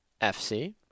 FC